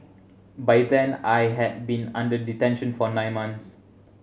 by then I had been under detention for nine months